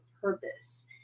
purpose